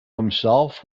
himself